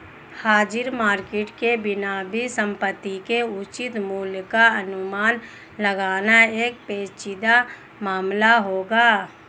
हाजिर मार्केट के बिना भी संपत्ति के उचित मूल्य का अनुमान लगाना एक पेचीदा मामला होगा